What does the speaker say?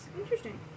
Interesting